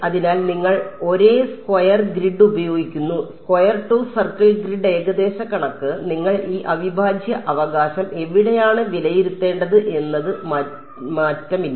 അതിനാൽ നിങ്ങൾ ഒരേ സ്ക്വയർ ഗ്രിഡ് ഉപയോഗിക്കുന്നു സ്ക്വയർ ടു സർക്കിൾ ഗ്രിഡ് ഏകദേശ കണക്ക് നിങ്ങൾ ഈ അവിഭാജ്യ അവകാശം എവിടെയാണ് വിലയിരുത്തേണ്ടത് എന്നത് മാറ്റില്ല